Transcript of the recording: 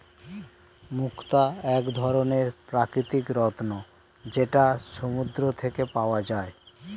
মুক্তা এক ধরনের প্রাকৃতিক রত্ন যেটা সমুদ্র থেকে পাওয়া যায়